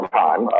time